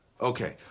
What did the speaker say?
Okay